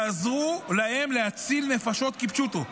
תעזרו להם להציל נפשות, כפשוטו.